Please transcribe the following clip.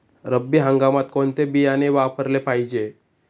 रब्बी हंगामात कोणते बियाणे वापरले पाहिजे?